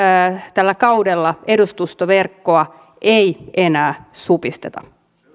tällä kaudella edustustoverkkoa ei enää supisteta